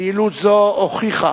פעילות זו הוכיחה